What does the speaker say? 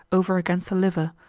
over against the liver,